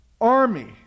army